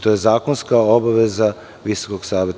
To je zakonska obaveza VSS.